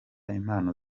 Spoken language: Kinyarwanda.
impano